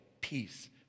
peace